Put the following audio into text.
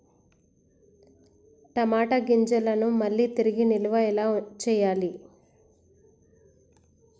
టమాట గింజలను మళ్ళీ తిరిగి నిల్వ ఎలా చేయాలి?